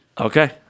Okay